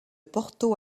porto